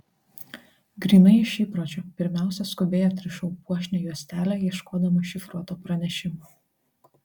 grynai iš įpročio pirmiausia skubiai atrišau puošnią juostelę ieškodama šifruoto pranešimo